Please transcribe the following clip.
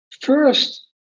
first